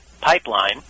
pipeline